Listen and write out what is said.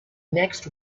next